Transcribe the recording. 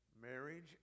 Marriage